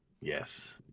Yes